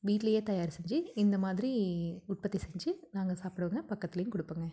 வீட்டிலயே தயார் செஞ்சு இந்த மாதிரி உற்பத்தி செஞ்சு நாங்கள் சாப்பிடுவோங்க பக்கத்திலேயும் கொடுப்பங்க